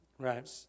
Right